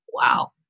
wow